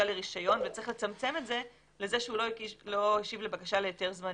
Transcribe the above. לרישיון וצריך לצמצם את זה לזה שהוא לא השיב לבקשה להיתר זמני,